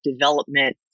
development